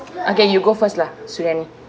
okay you go first lah suriani